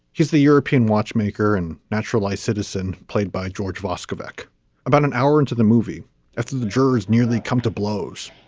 he's the european watchmaker and naturalized citizen played by george vasko back about an hour into the movie after the jurors nearly come to blows,